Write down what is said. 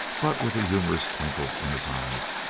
but with a humorous twinkle in his eyes.